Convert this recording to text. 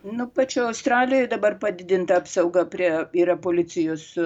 nu pačioj australijoj dabar padidinta apsauga prie yra policijos